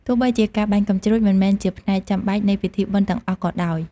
ទោះបីជាការបាញ់កាំជ្រួចមិនមែនជាផ្នែកចាំបាច់នៃពិធីបុណ្យទាំងអស់ក៏ដោយ ។